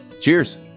cheers